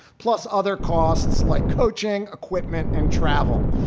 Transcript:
plus other costs like coaching equipment and travel.